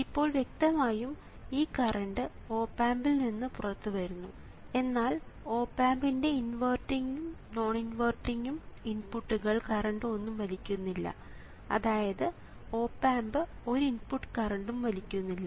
ഇപ്പോൾ വ്യക്തമായും ഈ കറണ്ട് ഓപ് ആമ്പിൽ നിന്ന് പുറത്തുവരുന്നു എന്നാൽ ഓപ് ആമ്പിന്റെ ഇൻവെർട്ടിംഗും നോൺ ഇൻവേർട്ടിംഗും ഇൻപുട്ടുകൾ കറണ്ട് ഒന്നും വലിക്കുന്നില്ല അതായത് ഓപ് ആമ്പ് ഒരു ഇൻപുട്ട് കറണ്ടും വലിക്കുന്നില്ല